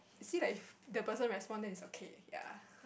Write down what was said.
see that if the person respond then is okay ya